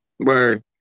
Word